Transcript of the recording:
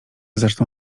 zaczną